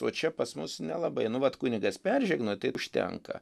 o čia pas mus nelabai nu vat kunigas peržegnoja tai užtenka